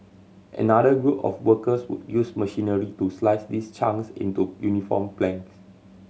another group of workers would use machinery to slice these chunks into uniform planks